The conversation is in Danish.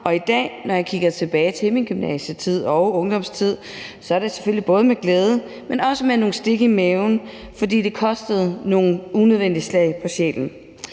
i dag, når jeg kigger tilbage på min gymnasietid og ungdomstid, er det selvfølgelig både med glæde, men også med nogle stik i maven, fordi det kostede nogle unødvendige slag på sjælen.